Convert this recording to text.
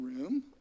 room